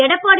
Edappadi